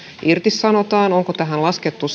irtisanotaan onko tähän laskettu